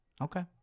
Okay